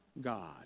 God